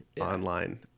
online